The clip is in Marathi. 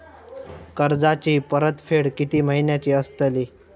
कर्जाची परतफेड कीती महिन्याची असतली?